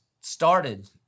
started